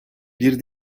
bir